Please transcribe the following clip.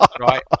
right